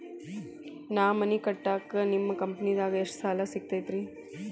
ನಾ ಮನಿ ಕಟ್ಟಾಕ ನಿಮ್ಮ ಕಂಪನಿದಾಗ ಎಷ್ಟ ಸಾಲ ಸಿಗತೈತ್ರಿ?